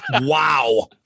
wow